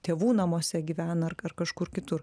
tėvų namuose gyvena ar kažkur kitur